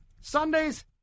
Sundays